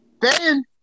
Ben